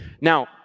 Now